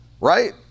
right